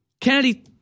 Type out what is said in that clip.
Kennedy